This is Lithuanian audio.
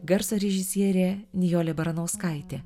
garso režisierė nijolė baranauskaitė